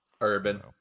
urban